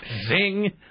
Zing